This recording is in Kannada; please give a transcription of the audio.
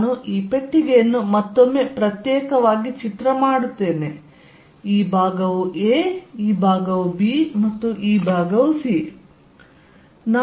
ನಾನು ಈ ಪೆಟ್ಟಿಗೆಯನ್ನು ಮತ್ತೊಮ್ಮೆ ಪ್ರತ್ಯೇಕವಾಗಿ ಚಿತ್ರ ಮಾಡೋಣ ಈ ಭಾಗವು a ಈ ಭಾಗವು b ಮತ್ತು ಈ ಭಾಗವು c